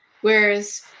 Whereas